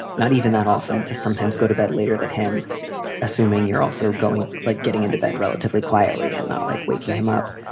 not even that often to sometimes go to bed later, that him assuming you're also going like getting into bed relatively quietly and not like waking him up.